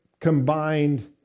combined